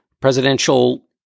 presidential